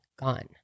gone